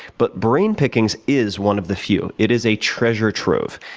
but brain pickings is one of the few. it is a treasure trove.